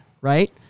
right